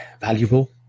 valuable